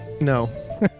No